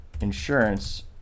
insurance